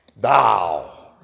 thou